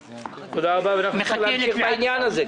תודה רבה ואנחנו נצטרך להמשיך בעניין הזה.